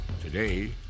Today